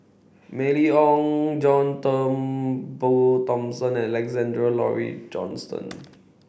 Mylene Ong John Turnbull Thomson and Alexander Laurie Johnston